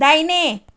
दाहिने